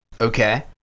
Okay